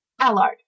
Allard